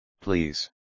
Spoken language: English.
please